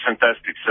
fantastic